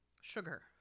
sugar